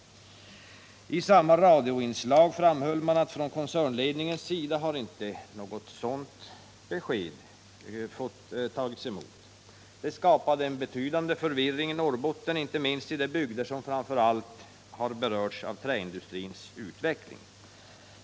I samma radioinslag framhölls att koncernledningen inte mottagit något sådant besked. Det skapade betydande förvirring i Norrbotten, inte minst i de bygder som framför allt har berörts av träindustrins utveckling.